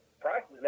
Prices